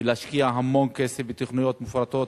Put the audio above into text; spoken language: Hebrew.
וצריך להשקיע המון כסף בתוכניות מפורטות,